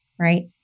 right